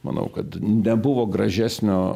manau kad nebuvo gražesnio